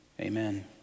amen